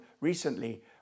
recently